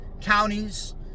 counties